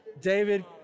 David